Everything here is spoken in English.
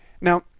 Now